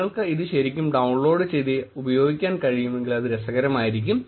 നിങ്ങൾക്ക് ഇത് ശരിക്കും ഡൌൺലോഡ് ചെയ്ത് ഉപയോഗിക്കാൻ കഴിയുമെങ്കിൽ അത് രസകരമായിരിക്കും